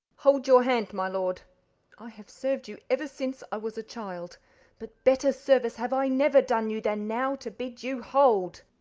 hold your hand, my lord i have serv'd you ever since i was a child but better service have i never done you than now to bid you hold.